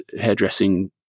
hairdressing